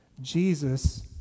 Jesus